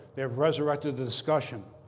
they have resurrected the discussion.